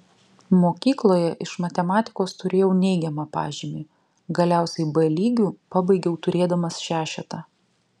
mokykloje iš matematikos turėjau neigiamą pažymį galiausiai b lygiu pabaigiau turėdamas šešetą